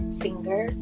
singer